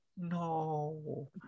no